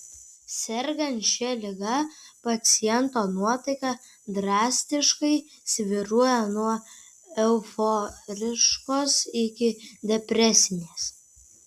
sergant šia liga paciento nuotaika drastiškai svyruoja nuo euforiškos iki depresinės